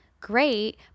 great